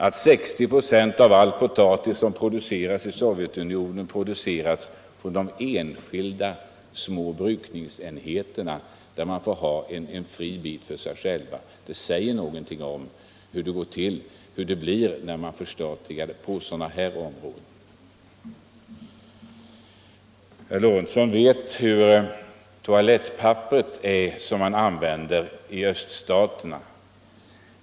60 96 av all potatis som produceras inom Sovjetunionen kommer från enskilda små brukningsenheter, sägs det, där man får ha en bit för sig själv. Det säger någonting om hur det blir när man förstatligar på sådana här områden. Herr Lorentzon vet hur toalettpapperet är i öststaterna.